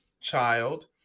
child